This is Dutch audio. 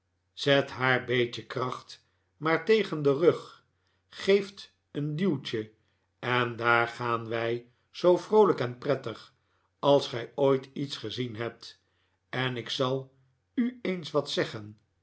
zet haar beetje kracht maar tegen den rug geeft een duwtje en daar gaan wij zoo vroolijk en prettig als gij ooit lets gezien hebt en ik zal u eens wat zeggen